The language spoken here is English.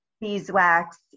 beeswax